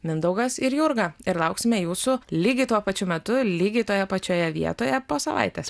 mindaugas ir jurga ir lauksime jūsų lygiai tuo pačiu metu lygiai toje pačioje vietoje po savaitės